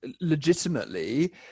legitimately